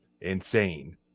insane